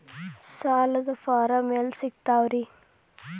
ಸಾಲದ ಫಾರಂ ಎಲ್ಲಿ ಸಿಕ್ತಾವ್ರಿ?